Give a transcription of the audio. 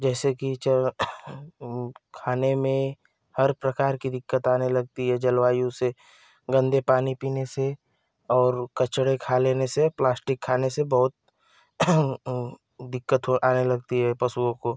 जैसे कि चर ओ खाने में हर प्रकार की दिक्कत आने लगती है जलवायु से गंदे पानी पीने से और कचड़े खा लेने से प्लास्टिक खाने से बहुत दिक्कत हो आने लगती है पशुओं को